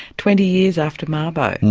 twenty years after mabo? ah and